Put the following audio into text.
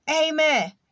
Amen